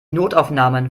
notaufnahmen